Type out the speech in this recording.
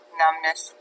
numbness